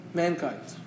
mankind